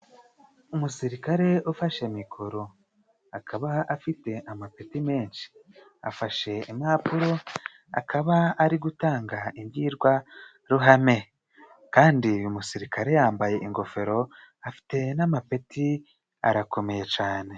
Umusirikare ufashe mikoro akaba afite amapeti menshi, afashe impapuro akaba ari gutanga imbyirwaruhame, kandi uyu musirikare yambaye ingofero, afite n'amapeti arakomeye cane.